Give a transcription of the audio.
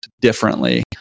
differently